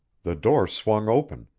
the door swung open,